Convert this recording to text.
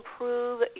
improve